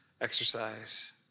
exercise